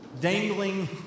dangling